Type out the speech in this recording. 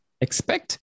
expect